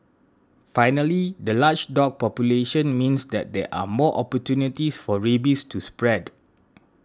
finally the large dog population means that there are more opportunities for rabies to spread